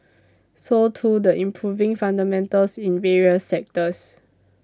so too the improving fundamentals in various sectors